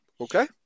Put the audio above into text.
Okay